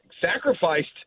sacrificed